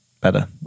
better